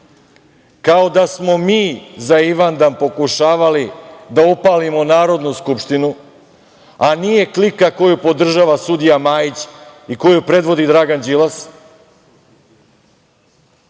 Kao da smo mi za Ivanjdan pokušavali da upalimo Narodnu skupštinu, a nije klika koju podržava sudija Majić i koju predvodi Dragan Đilas.O